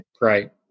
right